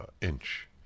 inch